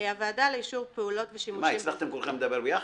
מה, הצלחתם כולכם לדבר ביחד?